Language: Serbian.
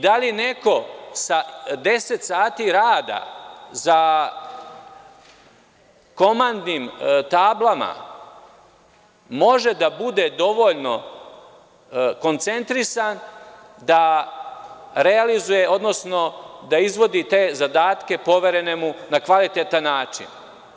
Da li neko sa deset sati rada za komandnim tablama može da bude dovoljno koncentrisan da realizuje, odnosno da izvodi te zadatke poverene mu na kvalitetan način.